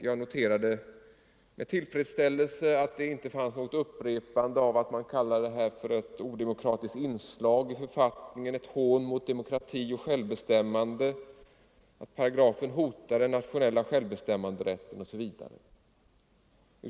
Jag noterade med tillfredsställelse att det icke fanns något upprepande av att detta skulle vara ”ett odemokratiskt inslag i författningen”, ”hån mot demokrati och självbestämmande”, ”hot mot den nationella självbestämmanderätten” osv.